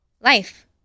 life